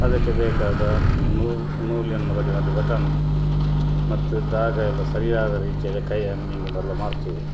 ಅದಕ್ಕೆ ಬೇಕಾದ ನೂಲು ನೂಲನ್ನು ರೆಡಿ ಮಾಡಿ ಬಟನ್ ಮತ್ತು ದಾರಯೆಲ್ಲ ಸರಿಯಾದ ರೀತಿಯಲ್ಲೇ ಕೈಯ ಹೆಮ್ಮಿಂಗನ್ನೆಲ್ಲ ಮಾಡುತ್ತೇವೆ